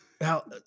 Now